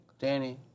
Danny